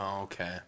Okay